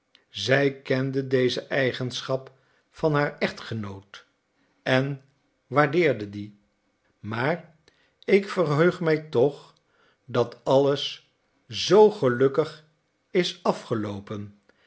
zij kende deze eigenschap van haar echtgenoot en waardeerde die maar ik verheug mij toch dat alles zoo gelukkig is afgeloopen